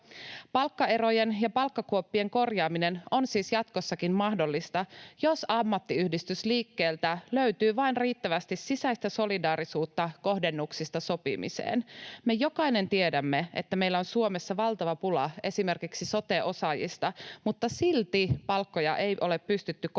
Palkkaerojen ja palkkakuoppien korjaaminen on siis jatkossakin mahdollista, jos ammattiyhdistysliikkeeltä löytyy vain riittävästi sisäistä solidaarisuutta kohdennuksista sopimiseen. Me jokainen tiedämme, että meillä on Suomessa valtava pula esimerkiksi sote-osaajista, mutta silti palkkoja ei ole pystytty kohdentamaan